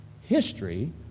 History